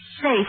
safe